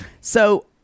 So-